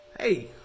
Hey